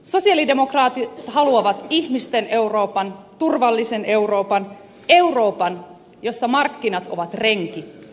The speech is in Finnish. sosialidemokraatit haluavat ihmisten euroopan turvallisen euroopan euroopan jossa markkinat ovat renki ei isäntä